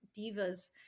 divas